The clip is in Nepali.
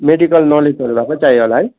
मेडिकल नलेजहरू भएकै चाहियो होला है